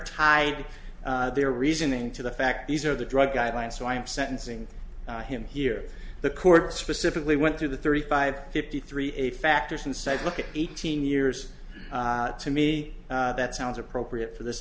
tie their reasoning to the fact these are the drug guidelines so i am sentencing him here the court specifically went through the thirty five fifty three eight factors and say look at eighteen years to me that sounds appropriate for this